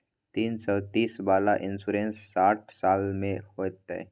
तीन सौ तीस वाला इन्सुरेंस साठ साल में होतै?